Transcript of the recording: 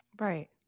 Right